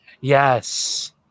yes